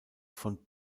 von